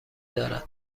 دارد